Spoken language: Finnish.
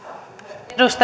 arvoisa